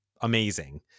Amazing